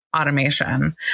automation